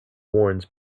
warns